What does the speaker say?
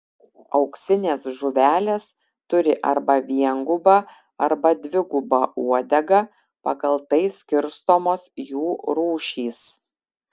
auksinės žuvelės turi arba viengubą arba dvigubą uodegą pagal tai skirstomos jų rūšys